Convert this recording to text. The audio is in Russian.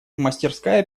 мастерская